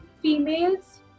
females